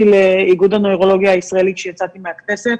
לאיגוד הנוירולוגיה הישראלית כשיצאתי מהכנסת,